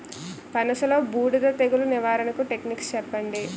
పనస లో బూడిద తెగులు నివారణకు టెక్నిక్స్ చెప్పండి?